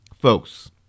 folks